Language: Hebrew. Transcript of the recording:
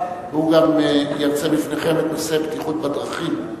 והוא גם ירצה בפניכם את נושא הבטיחות בדרכים.